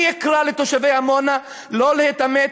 אני אקרא לתושבי עמונה לא להתעמת,